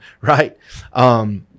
right